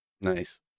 Nice